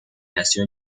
nació